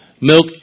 milk